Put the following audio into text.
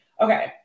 Okay